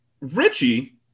Richie